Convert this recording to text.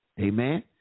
Amen